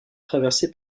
traversé